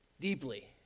deeply